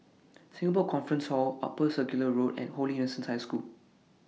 Singapore Conference Hall Upper Circular Road and Holy Innocents' High School